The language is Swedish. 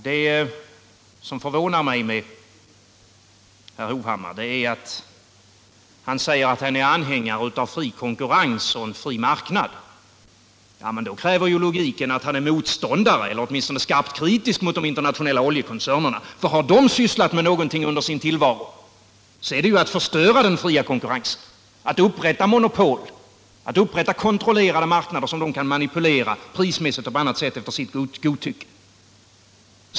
Det som förvånar mig när det gäller herr Hovhammar är att han säger att han är anhängare av fri konkurrens och en fri marknad. Ja, men då kräver ju logiken att han är motståndare eller åtminstone skarpt kritisk mot de internationella oljekoncernerna — för har de sysslat med någonting under sin tillvaro så är det att förstöra den fria konkurrensen, att upprätta monopol och kontrollerade marknader som de kan manipulera prismässigt och på annat sätt efter sitt godtycke.